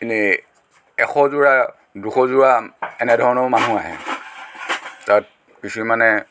এনেই এশযোৰা দুশযোৰা এনেধৰণৰ মানুহ আহে তাত কিছুমানে